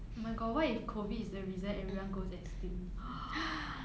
oh my god what if COVID is the reason everyone goes extinct